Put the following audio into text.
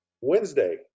Wednesday